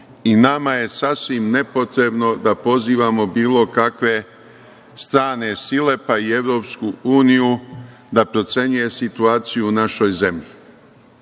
Nama je sasvim nepotrebno da pozivamo bilo kakve strane sile, pa i EU da procenjuje situaciju u našoj zemlji. Ni